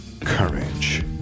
Courage